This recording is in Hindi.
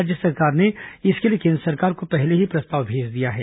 राज्य सरकार ने इसके लिए केन्द्र सरकार को पहले ही प्रस्ताव भेज दिया है